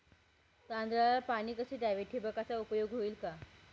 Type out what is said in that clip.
तांदळाला पाणी कसे द्यावे? ठिबकचा उपयोग होईल का?